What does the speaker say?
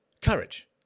courage